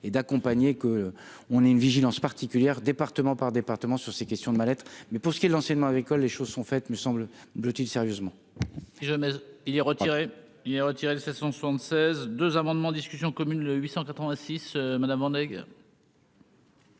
et d'accompagner que on ait une vigilance particulière, département par département, sur ces questions de ma lettre, mais pour ce qui est l'enseignement agricole, les choses sont faites me semble biotine sérieusement. Si jamais il est retiré, il est retiré de 776 2 amendements en discussion commune le 886 madame.